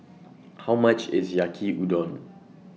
How much IS Yaki Udon